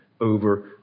over